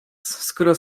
skoro